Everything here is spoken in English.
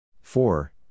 four